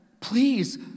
please